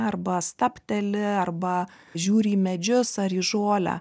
arba stabteli arba žiūri į medžius ar į žolę